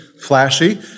flashy